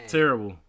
Terrible